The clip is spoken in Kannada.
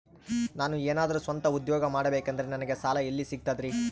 ನಾನು ಏನಾದರೂ ಸ್ವಂತ ಉದ್ಯೋಗ ಮಾಡಬೇಕಂದರೆ ನನಗ ಸಾಲ ಎಲ್ಲಿ ಸಿಗ್ತದರಿ?